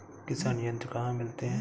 किसान यंत्र कहाँ मिलते हैं?